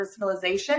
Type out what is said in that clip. personalization